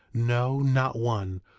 no not one.